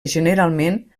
generalment